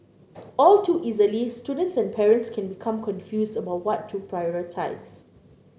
all too easily students and parents can become confused about what to prioritise